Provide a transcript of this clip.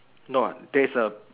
no ah there's a